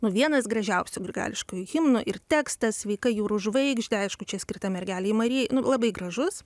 nu vienas gražiausių grigališkųjų himnų ir tekstas sveika jūrų žvaigžde aišku čia skirta mergelei marijai labai gražus